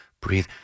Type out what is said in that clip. Breathe